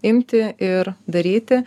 imti ir daryti